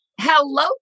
Hello